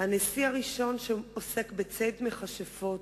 הנשיא הראשון שעוסק בציד מכשפות,